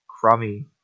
crummy